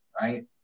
right